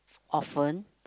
often